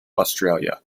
australia